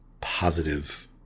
positive